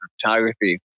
Photography